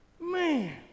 man